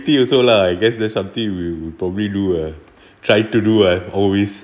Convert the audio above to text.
also lah I guess that's something we will probably do uh try to do uh always